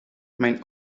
mijn